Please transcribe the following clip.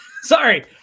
sorry